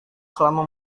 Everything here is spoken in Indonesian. selama